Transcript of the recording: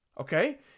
Okay